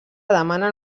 demanen